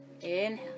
inhale